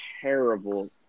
terrible